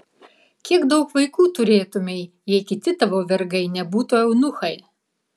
kiek daug vaikų turėtumei jei kiti tavo vergai nebūtų eunuchai